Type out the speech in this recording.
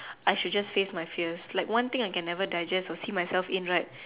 I should just face my fear like one thing I can never digest or see myself in right